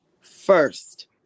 first